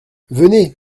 venez